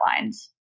lines